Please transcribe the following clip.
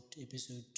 episode